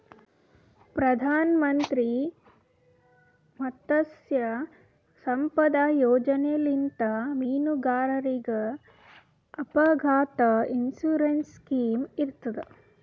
ಪ್ರಧಾನ್ ಮಂತ್ರಿ ಮತ್ಸ್ಯ ಸಂಪದಾ ಯೋಜನೆಲಿಂತ್ ಮೀನುಗಾರರಿಗ್ ಅಪಘಾತ್ ಇನ್ಸೂರೆನ್ಸ್ ಸ್ಕಿಮ್ ಇರ್ತದ್